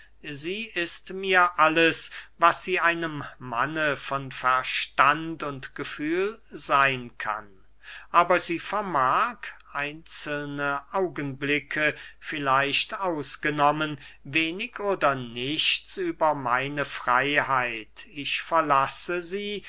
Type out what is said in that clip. sie ist mir alles was sie einem manne von verstand und gefühl seyn kann aber sie vermag einzelne augenblicke vielleicht ausgenommen wenig oder nichts über meine freyheit ich verlasse sie